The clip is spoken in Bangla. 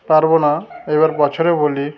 পারব না এবার বছরে বলি